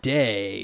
day